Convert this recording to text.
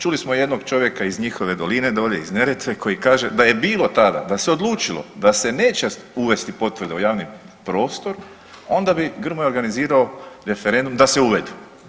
Čuli smo jednog čovjeka iz njihove doline dole iz Neretve koji kaže, da je bilo tada, da se odlučilo da se neće uvesti potvrda u javni prostor onda bi Grmoja organizirao referendum da se uvedu.